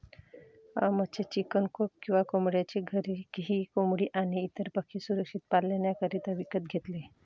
अहमद ने chicken coop किंवा कोंबड्यांचे घर ही कोंबडी आणी इतर पक्षी सुरक्षित पाल्ण्याकरिता विकत घेतले